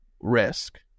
risk